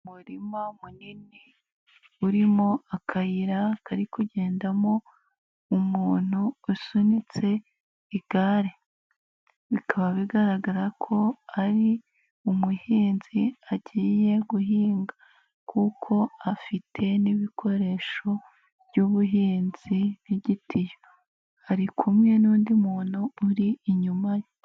Mu murima munini urimo akayira kari kugendamo umuntu usunitse igare, bikaba bigaragara ko ari umuhinzi agiye guhinga kuko afite n'ibikoresho by'ubuhinzi by'igitiyo, ari kumwe n'undi muntu uri inyuma ye.